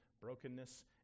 brokenness